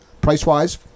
price-wise